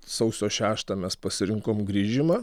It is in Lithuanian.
sausio šeštą mes pasirinkom grįžimą